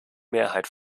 mehrheit